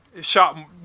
Shot